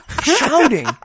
Shouting